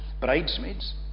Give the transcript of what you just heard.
bridesmaids